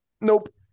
Nope